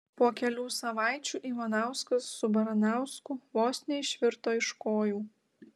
po kelių savaičių ivanauskas su baranausku vos neišvirto iš kojų